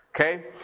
Okay